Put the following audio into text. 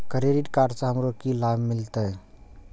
Credit card से हमरो की लाभ मिलते?